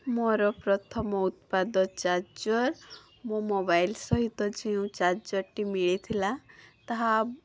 ମୋର ପ୍ରଥମ ଉତ୍ପାଦ ଚାର୍ଜର୍ ମୋ ମୋବାଇଲ୍ ସହିତ ଯେଉଁ ଚାର୍ଜର୍ଟି ମିଳିଥିଲା ତାହା